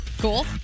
Cool